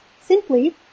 simply